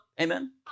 Amen